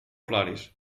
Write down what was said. ploris